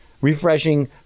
refreshing